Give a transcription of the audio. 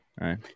Right